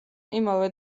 იმავე